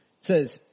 says